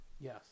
Yes